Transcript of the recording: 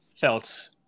felt